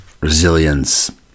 resilience